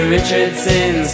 Richardson